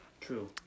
True